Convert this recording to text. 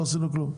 לא עשינו כלום.